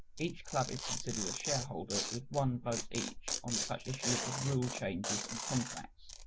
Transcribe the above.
each club is considered a shareholderwith one vote each on such issues as rule changes and contracts.